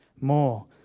more